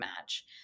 match